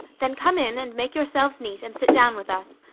then come in, and make yourselves neat, and sit down with us.